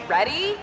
Ready